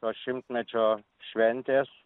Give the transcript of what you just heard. to šimtmečio šventės